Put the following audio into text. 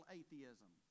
atheism